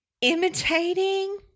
Imitating